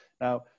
Now